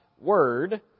word